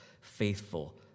faithful